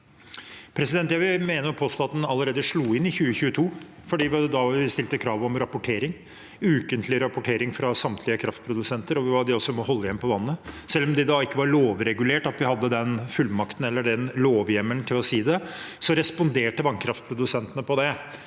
mene og påstå at den slo inn allerede i 2022, for da stilte vi krav om ukentlig rapportering fra samtlige kraftprodusenter og ba dem også om å holde igjen på vannet. Selv om det da ikke var lovregulert at vi hadde den fullmakten eller den lovhjemmelen til å si det, responderte vannkraftprodusentene på det.